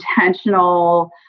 intentional